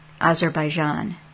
Azerbaijan